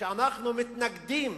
שאנחנו מתנגדים